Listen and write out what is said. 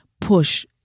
push